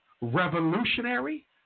revolutionary